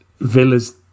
Villa's